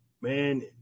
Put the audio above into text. Man